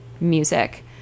music